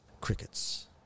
Crickets